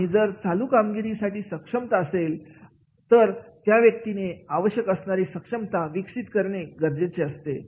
आणि जर चालू कामगिरीसाठी सक्षमता असेल तर त्या व्यक्तीने आवश्यक असणारी सक्षमता विकसित करणे गरजेचे असते